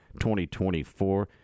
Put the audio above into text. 2024